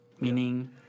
meaning